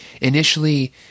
initially